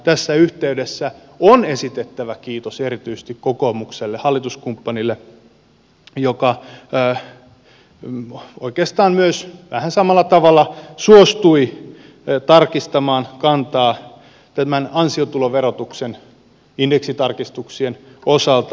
tässä yhteydessä on esitettävä kiitos erityisesti kokoomukselle hallituskumppanille joka oikeastaan myös vähän samalla tavalla suostui tarkistamaan kantaa tämän ansiotuloverotuksen indeksitarkistuksien osalta